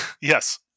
Yes